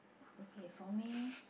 okay for me